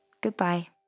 Goodbye